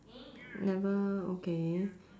never okay